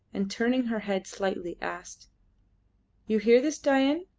and turning her head slightly, asked you hear this dain!